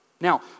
Now